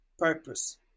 purpose